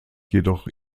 jedoch